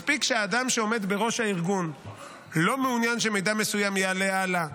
מספיק שאדם שעומד בראש הארגון לא מעוניין שמידע מסוים יעלה הלאה,